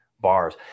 bars